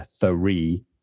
three